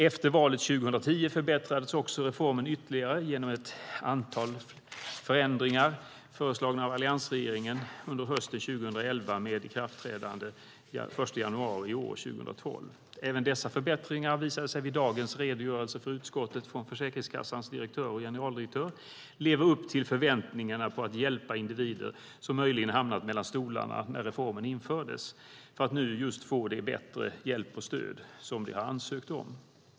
Efter valet 2010 förbättrades reformen ytterligare genom ett antal förändringar föreslagna av alliansregeringen under hösten 2011 med ikraftträdande den 1 januari i år, 2012. Även dessa förbättringar visade sig vid dagens redogörelse för utskottet från Försäkringskassans direktör och generaldirektör leva upp till förväntningarna på att hjälpa individer som möjligen hamnade mellan stolarna när reformen infördes. Nu kan de få bättre hjälp och stöd, som de har ansökt om.